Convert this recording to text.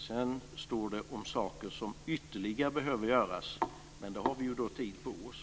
Sedan står det om saker som ytterligare behöver göras, men då har vi ju tid på oss.